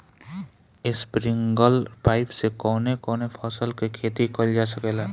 Sprinkler pipe से कवने कवने फसल क खेती कइल जा सकेला?